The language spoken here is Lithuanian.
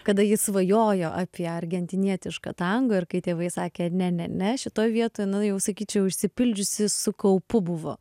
kada ji svajojo apie argentinietišką tango ir kai tėvai sakė ne ne ne šitoj vietoj nu jau sakyčiau išsipildžiusi su kaupu buvo